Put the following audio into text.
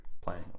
playing